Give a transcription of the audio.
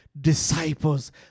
Disciples